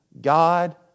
God